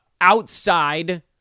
outside